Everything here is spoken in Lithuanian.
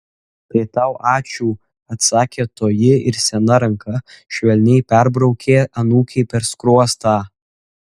tai tau ačiū atsakė toji ir sena ranka švelniai perbraukė anūkei per skruostą